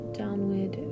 downward